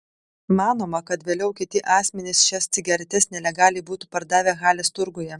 manoma kad vėliau kiti asmenys šias cigaretes nelegaliai būtų pardavę halės turguje